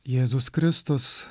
jėzus kristus